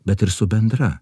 bet ir su bendra